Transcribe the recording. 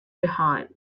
behind